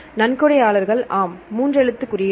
நன்கொடையாளர்கள் ஆம் மூன்று எழுத்துக் குறியீடுகள்